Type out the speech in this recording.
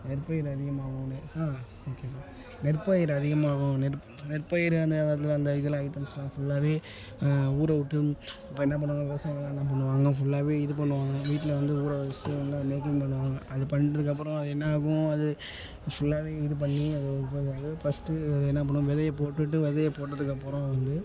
நெற்பயிர் அதிகமாகும் நெற் ஓகே சார் நெற்பயிர் அதிகமாகும் நெற் நெற்பயிர் அந்த அந்த அந்த இதில் ஐட்டம்லாம் ஃபுல்லாகவே ஊற விட்டு அப்புறம் என்ன பண்ணுவாங்க விவசாயிங்கலாம் என்ன பண்ணுவாங்க ஃபுல்லாகவே இது பண்ணுவாங்க வீட்டில் வந்து ஊற வச்சுட்டு என்ன மேக்கிங் பண்ணுவாங்க அது பண்ணதுக்கப்புறம் அது என்னாகும் அது ஃபுல்லாகவே இது பண்ணி அது ஃபஸ்ட்டு அது என்ன பண்ணுவோம் விதையை போட்டுவிட்டு விதைய போட்டதுக்கப்புறம் வந்து